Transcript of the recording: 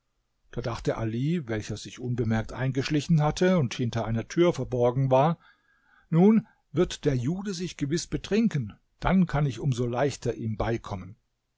da dachte ali welcher sich unbemerkt eingeschlichen hatte und hinter einer tür verborgen war nun wird der jude sich gewiß betrinken dann kann ich um so leichter ihm beikommen